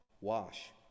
wash